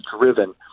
driven